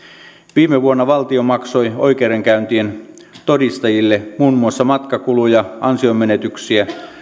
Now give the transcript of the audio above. viime vuonna valtio maksoi oikeudenkäyntien todistajille muun muassa matkakuluja ansionmenetyksiä